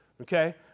Okay